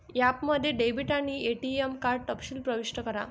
ॲपमध्ये डेबिट आणि ATM card तपशील प्रविष्ट करा